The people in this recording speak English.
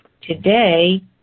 Today